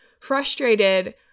frustrated